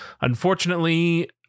unfortunately